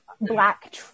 Black